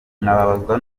n’uko